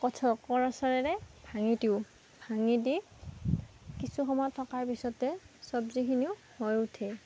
কথ কৰচলিৰে ভাঙি দিওঁ ভাঙি দি কিছু সময় থকাৰ পিছতে চবজিখিনিও হৈ উঠে